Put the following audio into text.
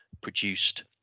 produced